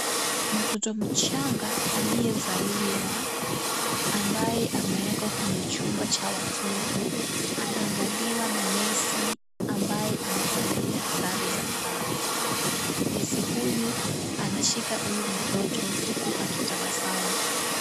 Mtoto mchanga aliyezaliwa, ambaye ameekwa kwenye chumba cha watoto, anaangaliwa na nesi ambaye amevalia sare za kazi. Nesi huyu anashika huyu mtoto huku akitabasamu.